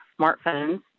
smartphones